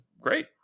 great